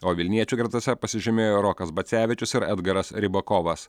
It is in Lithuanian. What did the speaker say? o vilniečių gretose pasižymėjo rokas bacevičius ir edgaras rybakovas